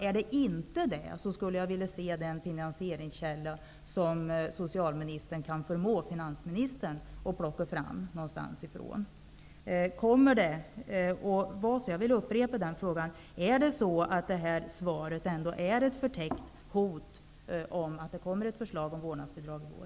Är det inte fallet, skulle jag vilja se den finansieringskälla som socialministern kan förmå finansministern att plocka fram. Jag vill upprepa min fråga. Innebär svaren ett förtäckt hot om att det kommer ett förslag om vårdnadsbidrag i vår?